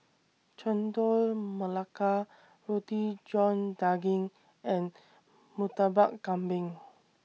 Chendol Melaka Roti John Daging and Murtabak Kambing